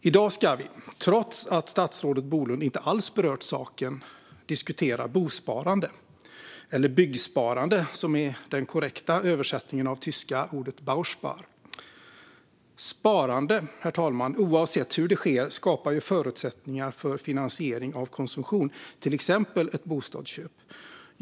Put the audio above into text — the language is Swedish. I dag ska vi, trots att statsrådet Bolund inte alls berört saken, diskutera bosparande - eller byggsparande, som är den korrekta översättningen av det tyska ordet Bauspar. Herr talman! Sparande, oavsett hur det sker, skapar ju förutsättningar för finansiering av konsumtion, till exempel ett bostadsköp.